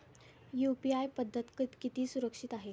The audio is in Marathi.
यु.पी.आय पद्धत किती सुरक्षित आहे?